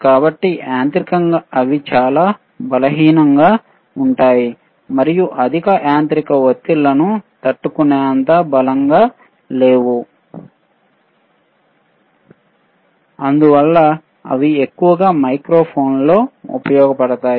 కాబట్టి యాంత్రికంగా అవి చాలా బలహీనంగా ఉంటాయి మరియు అధిక యాంత్రిక ఒత్తిళ్లను తట్టుకునేంత బలంగా లేవు అందువల్ల అవి ఎక్కువగా మైక్రోఫోన్లలో ఉపయోగించబడతాయి